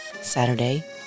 Saturday